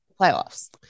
playoffs